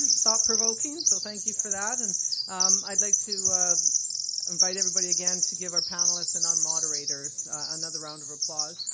thought provoking. so thank you for that and i'd like to invite everybody again to give our panellists and our moderators another round of applause.